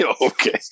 Okay